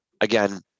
again